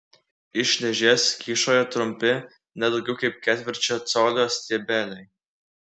iš dėžės kyšojo trumpi ne daugiau kaip ketvirčio colio stiebeliai